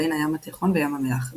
בין הים התיכון וים המלח,